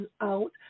out